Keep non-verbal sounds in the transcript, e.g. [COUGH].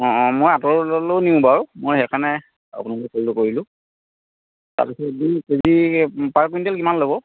অ' অ' মই আঁতৰলৈও নিও বাৰু মই সেইকাৰণে আপোনালৈ ফোনটো কৰিলোঁ [UNINTELLIGIBLE] পাৰ কুইণ্টেল কিমান ল'ব